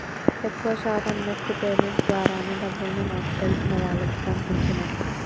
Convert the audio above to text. ఎక్కువ శాతం NEFT payments ద్వారానే డబ్బుల్ని మాకు తెలిసిన వాళ్లకి పంపించినం